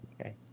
Okay